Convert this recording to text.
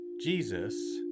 Jesus